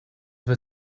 wird